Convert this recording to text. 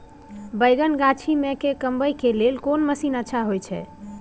बैंगन गाछी में के कमबै के लेल कोन मसीन अच्छा होय छै?